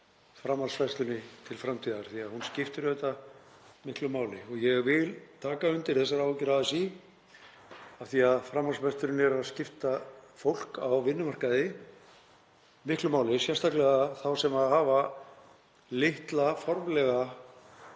framhaldsfræðslunni til framtíðar því að hún skiptir auðvitað miklu máli. Ég vil taka undir þessar áhyggjur ASÍ af því að framhaldsmenntun skiptir fólk á vinnumarkaði miklu máli, sérstaklega þá sem hafa litla formlega